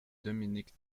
dominique